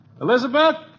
Elizabeth